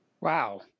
Wow